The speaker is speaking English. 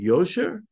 Yosher